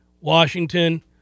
Washington